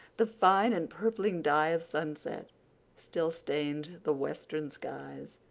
the fine, empurpling dye of sunset still stained the western skies,